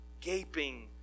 gaping